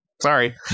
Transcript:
sorry